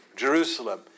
Jerusalem